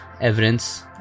evidence